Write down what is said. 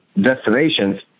destinations